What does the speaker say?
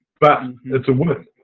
but it's a win.